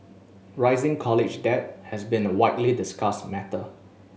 rising college debt has been a widely discussed matter